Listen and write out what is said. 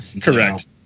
Correct